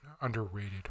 underrated